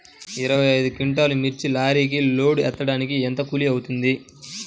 ఇరవై ఐదు క్వింటాల్లు మిర్చి లారీకి లోడ్ ఎత్తడానికి ఎంత కూలి అవుతుంది?